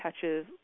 touches